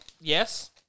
Yes